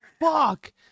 Fuck